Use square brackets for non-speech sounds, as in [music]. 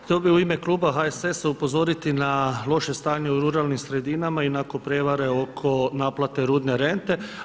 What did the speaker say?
Htio bih u ime kluba HSS-a upozoriti na loše stanje u ruralnim sredinama i … [unintelligible] prijevare oko naplate rudne rente.